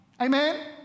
Amen